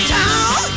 town